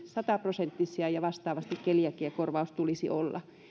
sata prosenttisia ja vastaavasti keliakiakorvauksen tulisi olla